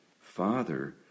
Father